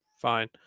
fine